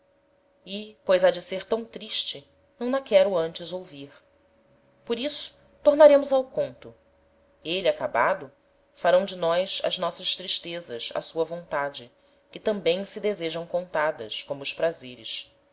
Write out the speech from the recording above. e pois ha de ser tam triste não na quero antes ouvir por isso tornaremos ao conto ele acabado farão de nós as nossas tristezas á sua vontade que tambem se desejam contadas como os prazeres